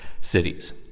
cities